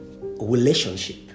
relationship